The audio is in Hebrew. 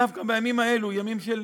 דווקא בימים האלה, ימים של